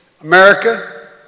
America